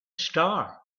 star